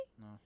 No